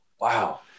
wow